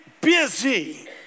busy